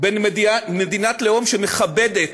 במדינת לאום שמכבדת